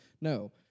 no